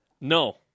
No